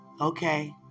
Okay